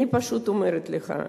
אני פשוט אומרת לך: